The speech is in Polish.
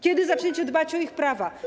Kiedy zaczniecie dbać o ich prawa?